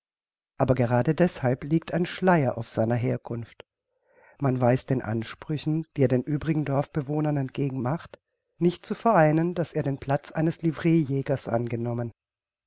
aber gerade deßhalb liegt ein schleier auf seiner herkunft man weiß den ansprüchen die er den übrigen dorfbewohnern entgegen macht nicht zu vereinigen daß er den platz eines livreejägers angenommen